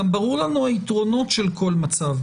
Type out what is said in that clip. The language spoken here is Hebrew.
גם ברורים לנו היתרונות של כל מצב.